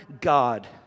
God